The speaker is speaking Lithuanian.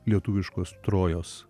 lietuviškos trojos